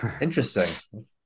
Interesting